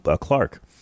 Clark